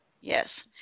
Yes